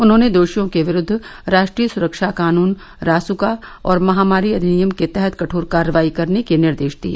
उन्होंने दोषियों के विरूद्व राष्ट्रीय सुरक्षा कानून रासुका और महामारी अधिनियम के तहत कठोर कार्रवाई करने के निर्देश दिए